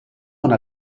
una